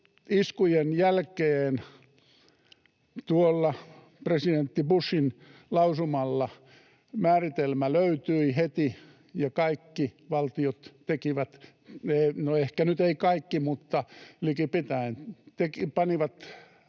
iskujen jälkeen tuolla presidentti Bushin lausumalla määritelmä löytyi heti ja kaikki valtiot — no, ehkä nyt eivät kaikki mutta liki pitäen — panivat